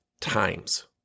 times